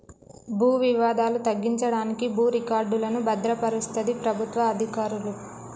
భూ వివాదాలు తగ్గించడానికి భూ రికార్డులను భద్రపరుస్తది ప్రభుత్వ అధికారులు